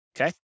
Okay